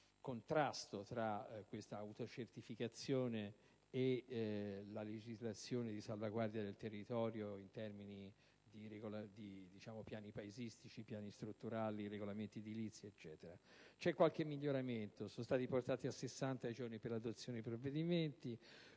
contrasto tra questa autocertificazione e la legislazione di salvaguardia del territorio in termini di piani paesistici, piani strutturali, regolamenti edilizi eccetera. C'è qualche miglioramento: sono stati portati a 60 i giorni per l'adozione dei provvedimenti;